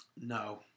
No